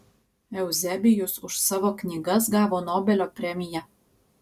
euzebijus už savo knygas gavo nobelio premiją